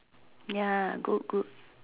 ya good good